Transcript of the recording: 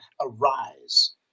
arise